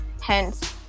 hence